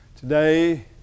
Today